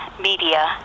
media